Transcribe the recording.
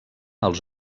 els